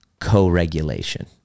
co-regulation